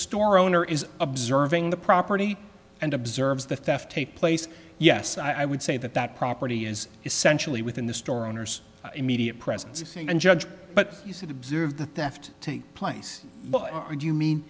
store owner is observing the property and observes the theft take place yes i would say that that property is essentially within the store owner's immediate presence of seeing and judge but you said observe the theft take place or do you mean